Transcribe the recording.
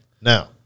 Now